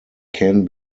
can